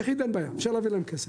אפשר להעביר להם כסף.